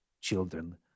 children